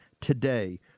today